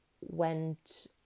went